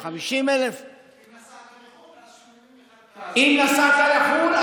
50,000. אם נסעת לחו"ל,